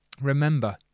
remember